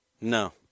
No